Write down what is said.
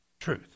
truth